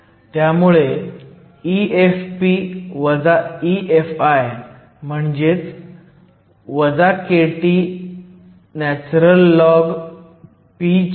त्यामुळे EFp EFi म्हणजेच kTln pni